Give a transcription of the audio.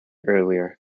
earlier